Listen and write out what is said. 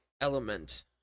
element